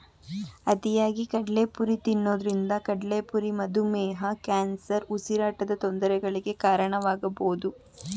ಅತಿಯಾಗಿ ಕಡಲೆಪುರಿ ತಿನ್ನೋದ್ರಿಂದ ಕಡ್ಲೆಪುರಿ ಮಧುಮೇಹ, ಕ್ಯಾನ್ಸರ್, ಉಸಿರಾಟದ ತೊಂದರೆಗಳಿಗೆ ಕಾರಣವಾಗಬೋದು